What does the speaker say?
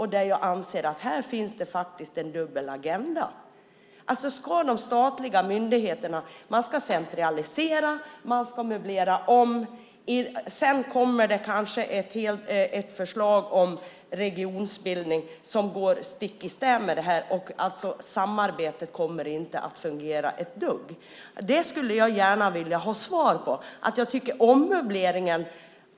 Här finns en dubbelagenda. Man ska centralisera och möblera om bland de statliga myndigheterna. Sedan kommer det kanske ett förslag om regionbildning som går stick i stäv med det här. Samarbetet kommer inte att fungera ett dugg. Det skulle jag gärna vilja ha svar på.